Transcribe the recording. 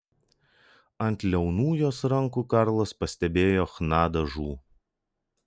ant liaunų jos rankų karlas pastebėjo chna dažų